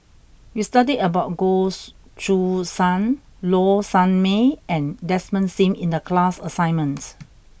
you studied about Goh Choo San Low Sanmay and Desmond Sim in the class assignment